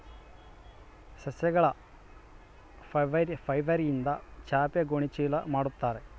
ಸಸ್ಯಗಳ ಫೈಬರ್ಯಿಂದ ಚಾಪೆ ಗೋಣಿ ಚೀಲ ಮಾಡುತ್ತಾರೆ